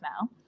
now